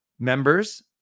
Members